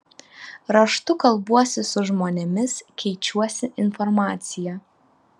raštu kalbuosi su žmonėmis keičiuosi informacija